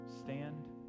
Stand